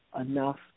enough